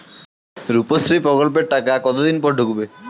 রুপশ্রী প্রকল্পের টাকা কতদিন পর ঢুকবে?